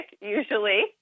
usually